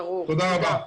תודה רבה.